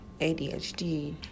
ADHD